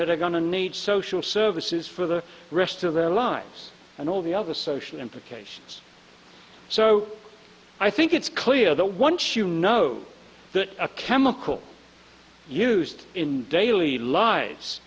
that are gonna need social services for the rest of their lives and all the other social implications so i think it's clear that once you know that a chemical used in daily lives